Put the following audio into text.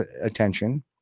attention